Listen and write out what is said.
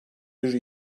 bir